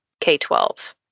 K-12